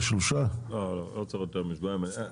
שלושה שבועות?